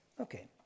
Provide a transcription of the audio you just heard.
Okay